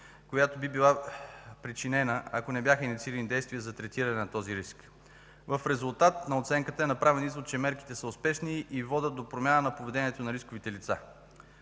която би била причинена, ако не бяха инициирани действия за третиране на този риск. В резултат на оценката е направен извод, че мерките са успешни и водят до промяна на поведението на рисковите лица.